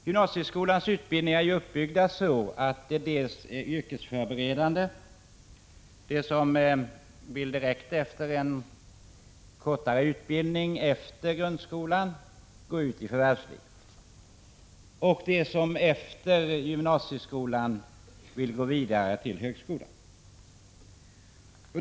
Gymnasieskolans utbildning är uppbyggd så att den dels är yrkesförberedande — den ger möjligheter för eleverna att efter en kortare utbildning ovanpå grundskolan gå direkt ut i förvärvslivet — dels möjliggör för dem som så vill att gå vidare till högskolan.